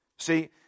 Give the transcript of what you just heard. See